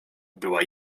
była